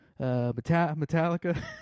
Metallica